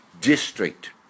District